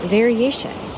variation